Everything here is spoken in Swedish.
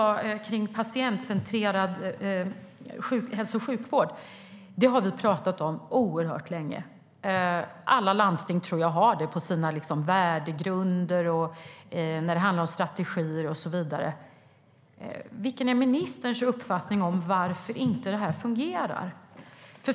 Patientcentrerad hälso och sjukvård har vi pratat om oerhört länge. Jag tror att alla landsting har det i sina värdegrunder, strategier och så vidare. Vad är ministerns uppfattning om varför inte detta fungerar?